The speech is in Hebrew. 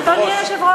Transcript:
בעד, 35,